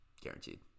guaranteed